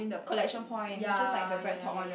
collection point just like the BreadTalk one [right]